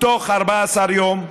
בתוך 14 יום.